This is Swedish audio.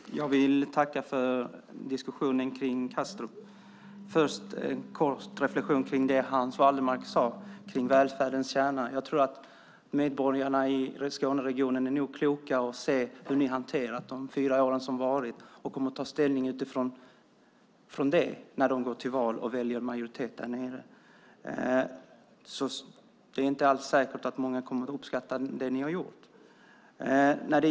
Herr talman! Jag vill tacka för diskussionen om Kastrup. Först har jag en reflexion om det Hans Wallmark sade om välfärdens kärna. Jag tror att medborgarna i Skåneregionen är kloka nog att se hur ni har hanterat de fyra år som varit och kommer att ta ställning utifrån det när de går till val och väljer majoritet i sin region. Det är inte alls säkert att många kommer att uppskatta det ni har gjort.